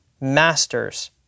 masters